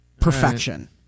perfection